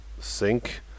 sink